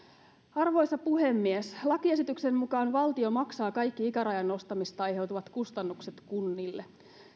arvoisa puhemies lakiesityksen mukaan valtio maksaa kaikki ikärajan nostamisesta aiheutuvat kustannukset kunnille